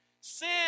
Sin